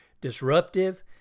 disruptive